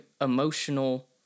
emotional